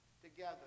Together